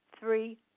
three